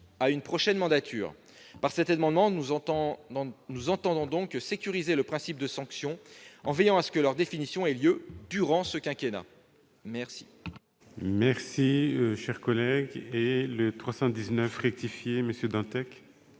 à une prochaine mandature. Par cet amendement, nous entendons donc sécuriser le principe de sanctions, en veillant à ce que leur définition ait lieu durant ce quinquennat. La